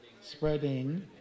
spreading